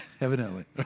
evidently